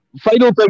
final